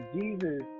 Jesus